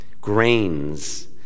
Grains